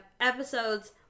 episodes